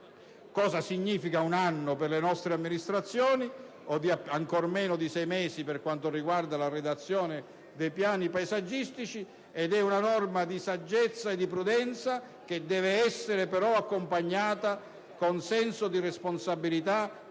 cosa significa un anno per le nostre amministrazioni - e di sei mesi per quanto riguarda la redazione dei piani paesaggistici. È una norma di saggezza e prudenza, che deve essere però accompagnata con senso di responsabilità